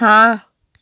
हाँ